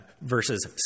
verses